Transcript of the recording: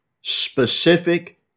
specific